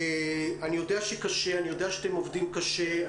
אני יודע שקשה, אני יודע שאתם עובדים קשה.